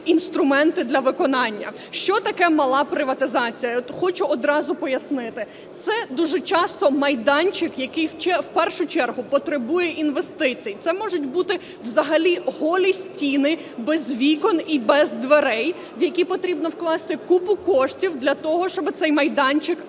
інструменти для виконання? Що таке мала приватизація? Хочу одразу пояснити: це дуже часто майданчик, який в першу чергу потребує інвестицій. Це можуть бути взагалі голі стіни без вікон і без дверей, в які потрібно вкласти купу коштів для того, щоб цей майданчик